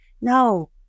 No